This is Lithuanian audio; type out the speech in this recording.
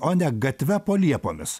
o ne gatve po liepomis